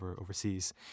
overseas